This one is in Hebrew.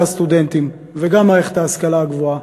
הסטודנטים וגם כלפי מערכת ההשכלה הגבוהה.